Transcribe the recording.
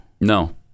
No